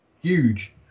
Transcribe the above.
huge